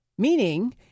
Meaning